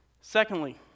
Secondly